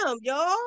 y'all